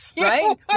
right